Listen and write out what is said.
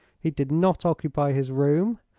he did not occupy his room.